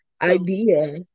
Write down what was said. Idea